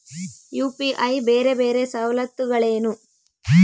UPI ಬೇರೆ ಬೇರೆ ಸವಲತ್ತುಗಳೇನು?